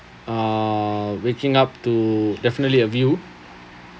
uh waking up to definitely a view